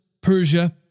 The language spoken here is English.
Persia